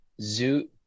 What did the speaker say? Zoo